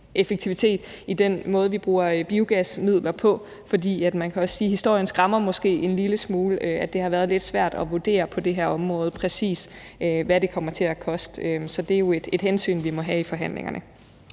i den måde, vi bruger biogasmidler på. For man kan sige, at historien måske skræmmer en lille smule, altså at det har været lidt svært at vurdere på det her område, præcis hvad det kommer til at koste. Så det er jo et hensyn, vi må tage med i forhandlingerne.